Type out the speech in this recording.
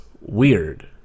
weird